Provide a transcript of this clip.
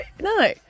no